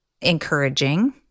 encouraging